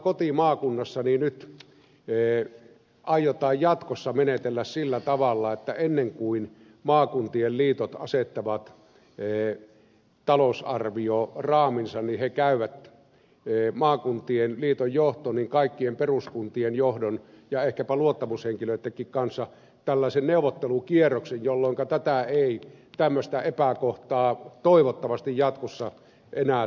esimerkiksi tuolla kotimaakunnassani aiotaan jatkossa menetellä sillä tavalla että ennen kuin maakuntien liitot asettavat tee talousarvioon raaminsa he käyvät talousarvioraaminsa maakuntien liiton johto käy kaikkien peruskuntien johdon ja ehkäpä luottamushenkilöittenkin kanssa tällaisen neuvottelukierroksen jolloinka tämmöistä epäkohtaa toivottavasti jatkossa enää synny